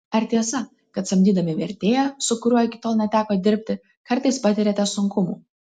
ar tiesa kad samdydami vertėją su kuriuo iki tol neteko dirbti kartais patiriate sunkumų